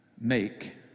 make